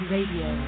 Radio